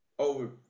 Over